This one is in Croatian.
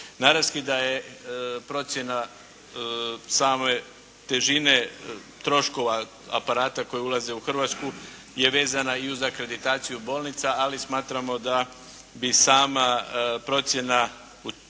Naravski da je procjena same težine troškova aparata koji ulaze u Hrvatsku je vezana i uz akreditaciju bolnica, ali smatramo da bi sama procjena